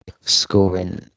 scoring